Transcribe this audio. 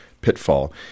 pitfall